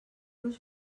los